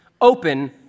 Open